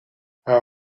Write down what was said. haar